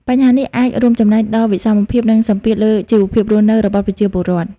បញ្ហានេះអាចរួមចំណែកដល់វិសមភាព និងសម្ពាធលើជីវភាពរស់នៅរបស់ប្រជាពលរដ្ឋ។